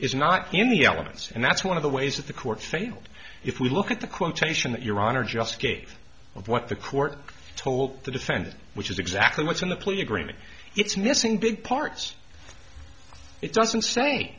is not in the elements and that's one of the ways that the court failed if we look at the quotation that your honor just gave of what the court told the defendant which is exactly what's in the plea agreement it's missing big parts it doesn't say